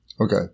Okay